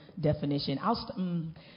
definition